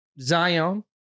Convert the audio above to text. Zion